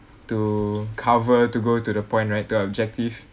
to cover to go to the point right to objective